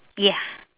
ya